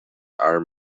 are